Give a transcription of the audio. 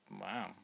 Wow